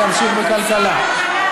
בכלכלה.